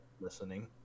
Listening